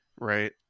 Right